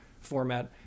format